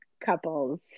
couples